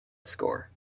score